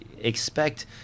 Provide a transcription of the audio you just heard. expect